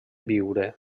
biure